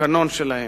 לתקנון שלהן.